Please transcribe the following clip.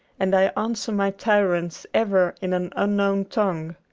and i answer my tyrants ever in an unknown tongue.